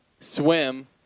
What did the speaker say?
Swim